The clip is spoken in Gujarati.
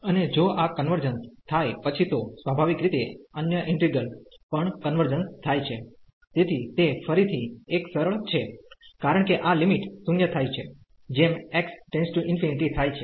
અને જો આ કન્વર્જન્સ થાય પછી તો સ્વાભાવિક રીતે અન્ય ઈન્ટિગ્રલ પણ કન્વર્જન્સ થાય છે તેથી તે ફરીથી એક સરળ છે કારણ કે આ લિમિટ 0 થાય છે જેમ x→∞ થાય છે